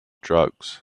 drugs